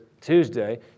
Tuesday